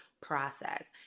process